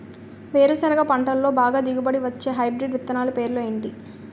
వేరుసెనగ పంటలో బాగా దిగుబడి వచ్చే హైబ్రిడ్ విత్తనాలు పేర్లు ఏంటి?